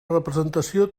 representació